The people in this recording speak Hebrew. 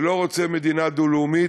שלא רוצה מדינה דו-לאומית,